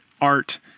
art